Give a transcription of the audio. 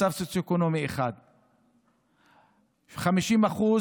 מצב סוציו-אקונומי 1. 50%,